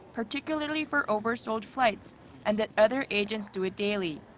particularly for oversold flights and that other agents do it daily.